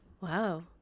Wow